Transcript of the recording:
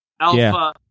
alpha